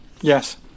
yes